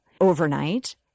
overnight